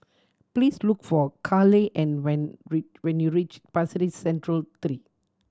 please look for Carleigh and when when you reach Pasir Ris Central Street three